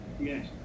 Yes